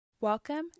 Welcome